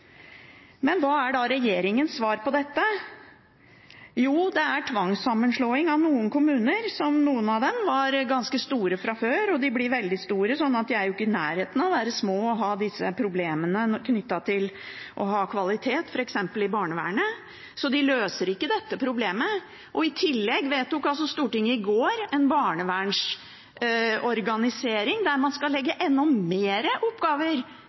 Men hva er regjeringens svar på dette? Jo, det er tvangssammenslåing av kommuner. Noen av dem var ganske store fra før, og de blir da veldig store, slik at de ikke er i nærheten av å være små og ha disse problemene knyttet til kvalitet, f.eks. i barnevernet. Så de løser ikke dette problemet. I tillegg vedtok Stortinget i går en barnevernsorganisering der man skal legge enda flere oppgaver